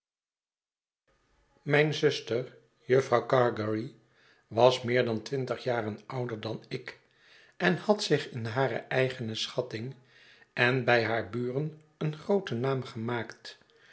mijne zuster jufvrouw gargery was meer dan twintig jaren ouder dan ik en had zich in hare eigene schatting en bij hare buren een grooten naam gemaakt